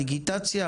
דיגיטציה?